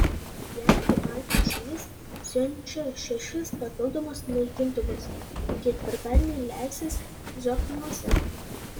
jav į baltijos šalis siunčia šešis papildomus naikintuvus ketvirtadienį leisis zokniuose